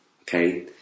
okay